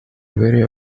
very